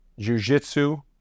Jujitsu